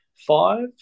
five